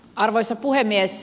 arvoisa puhemies